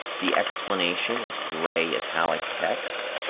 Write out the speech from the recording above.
the explanation is gray italics text,